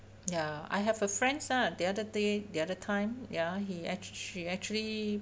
ya I have a friend son the other day the other time ya he act~ she actually